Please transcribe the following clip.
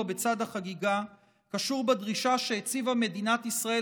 בצד החגיגה קשור בדרישה שהציבה מדינת ישראל,